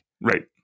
Right